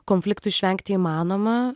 konfliktų išvengti įmanoma